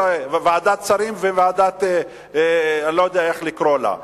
בוועדת שרים ובוועדת, אני לא יודע איך לקרוא לה.